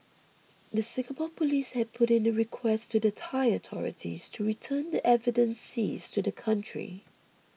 the Singapore police had put in a request to the Thai authorities to return the evidence seized to the country